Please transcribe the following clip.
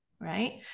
right